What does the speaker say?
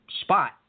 spot